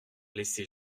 laissée